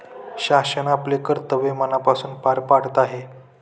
शासन आपले कर्तव्य मनापासून पार पाडत आहे